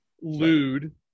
lewd